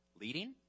Leading